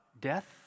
death